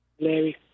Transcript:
Larry